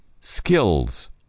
skills